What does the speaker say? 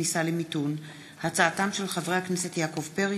בעקבות דיון מהיר בהצעתם של חברי הכנסת יעקב פרי,